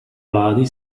vlády